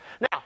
Now